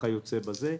וכיוצא בזה.